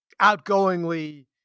outgoingly